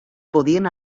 podien